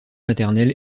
maternelle